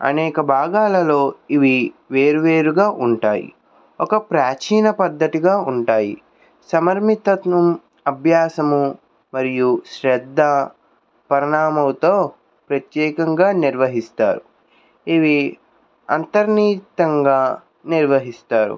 అనేక భాగాలను ఇవి వేరువేరుగా ఉంటాయి ఒక ప్రాచీన పద్ధతిగా ఉంటాయి సమర్మితత్నం అభ్యాసము మరియు శ్రద్ధ పరిణామంతో ప్రత్యేకంగా నిర్వహిస్తారు ఇవి అంతర్నితంగా నిర్వహిస్తారు